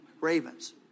Ravens